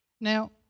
Now